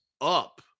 up